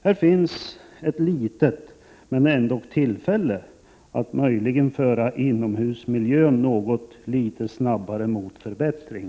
Här finns ett litet men ändock tillfälle att möjligen föra inomhusmiljön något snabbare mot en förbättring.